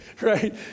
right